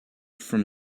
from